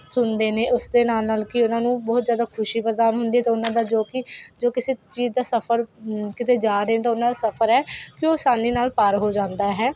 ਸੁਣਦੇ ਨੇ ਉਸਦੇ ਨਾਲ ਨਾਲ ਕੀ ਉਹਨਾਂ ਨੂੰ ਬਹੁਤ ਜ਼ਿਆਦਾ ਖੁਸ਼ੀ ਪ੍ਰਦਾਨ ਹੁੰਦੀ ਹੈ ਅਤੇ ਉਹਨਾਂ ਦਾ ਜੋ ਕਿ ਜੋ ਕਿਸੇ ਚੀਜ਼ ਦਾ ਸਫ਼ਰ ਕਿਤੇ ਜਾ ਰਹੇ ਤਾਂ ਉਹਨਾਂ ਨੂੰ ਸਫ਼ਰ ਹੈ ਕਿ ਉਹ ਆਸਾਨੀ ਨਾਲ ਪਾਰ ਹੋ ਜਾਂਦਾ ਹੈ